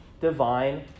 divine